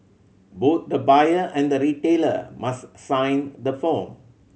both the buyer and the retailer must sign the form